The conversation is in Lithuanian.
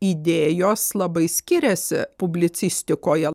idėjos labai skiriasi publicistikoje